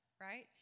right